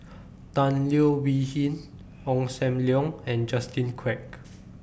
Tan Leo Wee Hin Ong SAM Leong and Justin Quek